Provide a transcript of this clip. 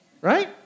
Right